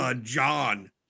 John